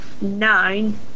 nine